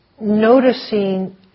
noticing